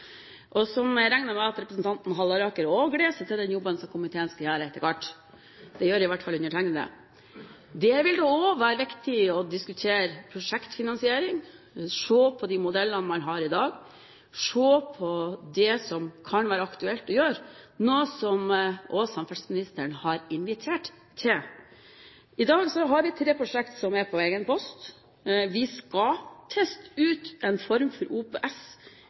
Jeg regner med at representanten Halleraker også gleder seg til den jobben komiteen skal gjøre etter hvert. Det gjør iallfall jeg. Det vil også være viktig å diskutere prosjektfinansiering, se på de modellene man har i dag, se på det som kan være aktuelt å gjøre, noe som også samferdselsministeren har invitert til. I dag har vi tre prosjekter som er på egen post. Vi skal teste ut en form for OPS